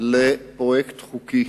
לפרויקט חוקי.